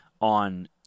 on